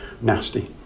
nasty